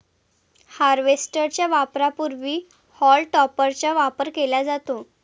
harvester च्या वापरापूर्वी haulm टॉपरचा वापर केला जातो